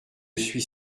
suis